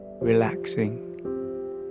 relaxing